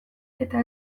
eta